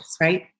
right